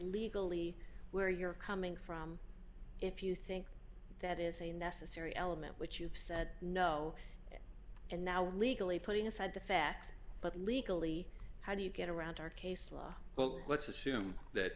legally where you're coming from if you think that is a necessary element which you've said no and now legally putting aside the facts but legally how do you get around our case law well let's assume that